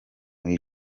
muri